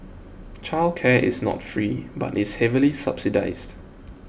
childcare is not free but is heavily subsidised